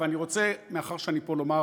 אני רוצה, מאחר שאני פה, לומר